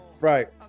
Right